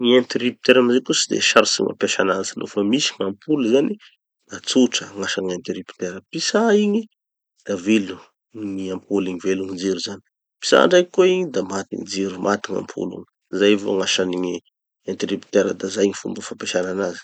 Gny interrupteur amizay koa tsy de sarotry gny mampiasa anazy. Nofa misy gn'ampoule zany, da tsotra gn'asan'ny gn'interrupteur. Pitsà igny da velo gny ampoule igny, velo gny jiro zany, pitsà andraiky koa igny da maty gny jiro maty gn'ampoule igny. Zao avao gn'asan'ny gny interrupteur da zay gny fomba fampesana anazy.